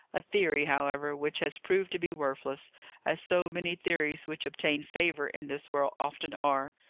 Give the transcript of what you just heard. a theory, however, which has proved to be worthless as so many theories which obtain favour in this world often are.